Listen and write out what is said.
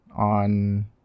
on